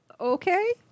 Okay